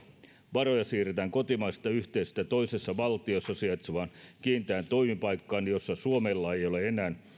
varoja siirretään kotimaisesta yhteisöstä toisessa valtiossa sijaitsevaan kiinteään toimipaikkaan jossa suomella ei ei ole enää